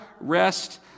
rest